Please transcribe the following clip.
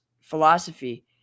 philosophy